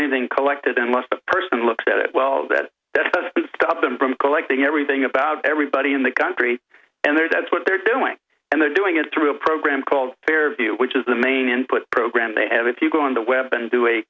anything collected unless the person looks at it well that that's stop them from collecting everything about everybody in the country and they're that's what they're doing and they're doing it through a program called fairview which is the main input program they have if you go on the web and do a